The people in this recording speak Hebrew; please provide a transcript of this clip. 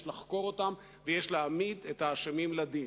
יש לחקור אותן ויש להעמיד את האשמים לדין.